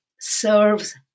serves